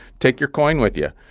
take your coin with you.